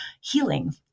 healing